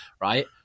right